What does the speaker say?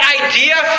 idea